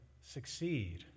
succeed